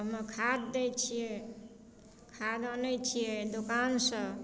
ओइमे खाद दै छियै खाद आनै छियै दोकानसँ